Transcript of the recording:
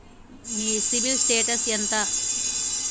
మీ CIBIL status ఎంత?